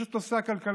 יש את נושא הכלכלה,